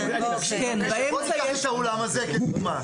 בוא ניקח את האולם הזה כדומה.